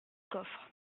coffre